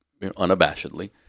unabashedly